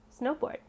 snowboard